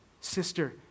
Sister